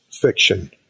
fiction